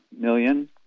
million